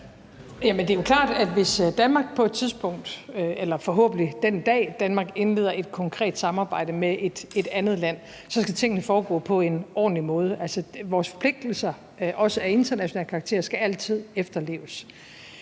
Det er jo klart, at det, hvis Danmark på et tidspunkt, eller den dag Danmark forhåbentlig indleder et konkret samarbejde med et andet land, skal foregå på en ordentlig måde. Vores forpligtelser, også af international karakter, skal altid efterleves.